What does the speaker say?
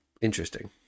Interesting